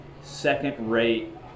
second-rate